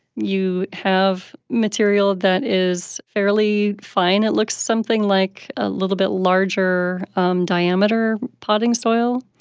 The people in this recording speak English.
you have material that is fairly fine. it looks something like a little bit larger um diameter potting soil,